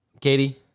Katie